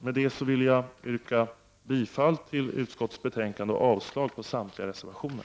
Med det anförda vill jag yrka bifall till utskottets hemställan och avslag på samtliga reservationer.